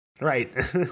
Right